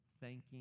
thanking